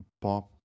pop